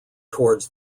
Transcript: towards